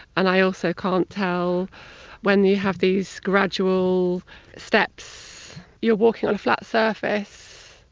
and i also can't tell when you have these gradual steps your walking on a flat surface,